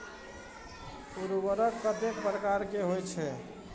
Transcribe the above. उर्वरक कतेक प्रकार के होई छै?